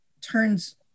turns